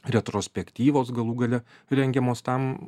retrospektyvos galų gale rengiamos tam